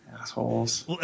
assholes